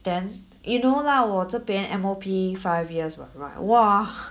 then you know lah 我这边 M_O_P five years what right !wah!